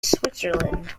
switzerland